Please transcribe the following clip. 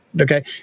Okay